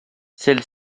celle